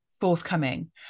forthcoming